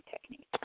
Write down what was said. technique